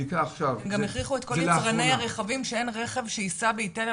הם גם הכריחו את כל יצרני הרכב שאין רכב שייסע באיטליה,